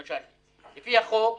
למשל, לפי החוק,